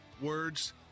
words